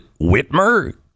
Whitmer